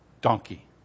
donkey